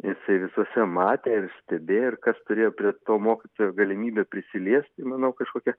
jisai visuose matė ir stebėjo ir kas turėjo prie to mokytojo galimybę prisiliesti manau kažkokia